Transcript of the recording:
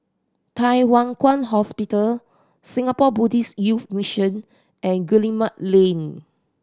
Thye Hua Kwan Hospital Singapore Buddhist Youth Mission and Guillemard Lane